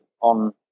on